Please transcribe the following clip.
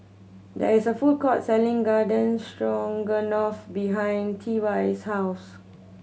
there is a food court selling Garden Stroganoff behind T Y's house